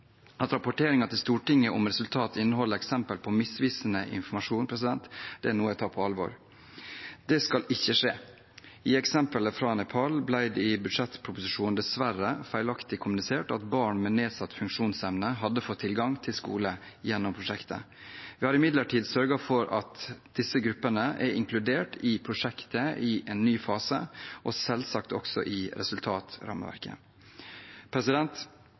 At rapporteringen til Stortinget om resultat innholder eksempel på misvisende informasjon, er noe jeg tar på alvor. Det skal ikke skje. I eksempelet fra Nepal ble det i budsjettproposisjonen dessverre feilaktig kommunisert at barn med nedsatt funksjonsevne hadde fått tilgang til skole gjennom prosjektet. Vi har imidlertid sørget for at disse gruppene er inkludert i prosjektet i en ny fase, og selvsagt også i resultatrammeverket.